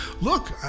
Look